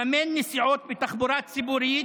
לממן נסיעות בתחבורה ציבורית